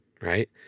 right